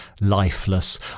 lifeless